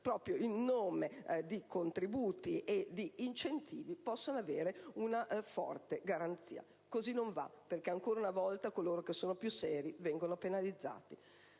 proprio in nome di contributi e di incentivi, possono avere forti opportunità. Così non va, perché ancora una volta coloro che sono più seri vengono penalizzati.